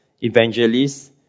evangelists